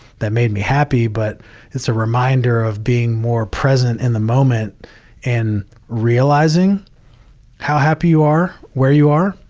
that made me happy, but it's a reminder of being more present in the moment and realizing how happy you are, where you are,